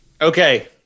Okay